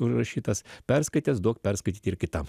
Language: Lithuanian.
užrašytas perskaitęs duok perskaityti ir kitam